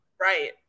Right